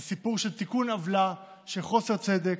זה סיפור של תיקון עוולה, של חוסר צדק,